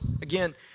again